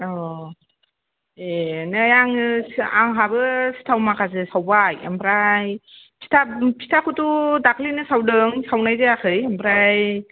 अ ए नै आङो आंहाबो सिथाव माखासे सावबाय ओमफ्राय फिथा फिथाखौथ' दाख्लिनो सावदों सावनाय जायाखै ओमफ्राय